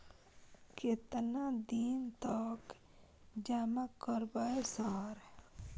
केतना दिन तक जमा करबै सर?